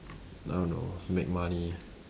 I don't know make money